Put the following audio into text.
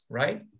right